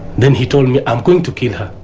then he told me, i am going to kill her.